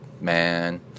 man